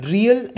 Real